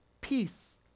peace